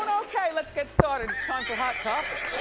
okay, let's get started, time for hot topics.